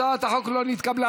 הצעת החוק לא נתקבלה.